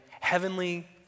heavenly